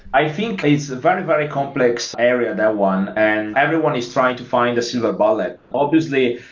i think it's a very, very complex area that one, and everyone is trying to find the silver bullet. obviously,